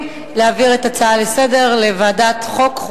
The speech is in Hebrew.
להעביר את ההצעה לסדר-היום לוועדת החוקה,